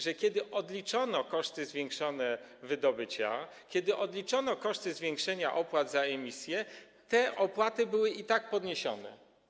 Że kiedy odliczono zwiększone koszty wydobycia, kiedy odliczono koszty zwiększenia opłat za emisję, te opłaty były i tak podniesione.